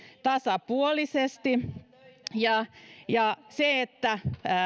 tasapuolisesti ja se että